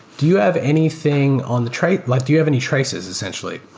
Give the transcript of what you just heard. do you have anything on the trait? like do you have any traces essentially?